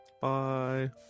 bye